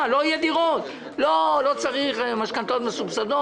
זאת סגירה ופתרון חלופי, לא סגירה נטו.